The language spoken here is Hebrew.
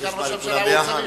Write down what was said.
סגן ראש הממשלה, יש עוד דוברים,